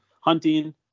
hunting